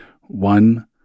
One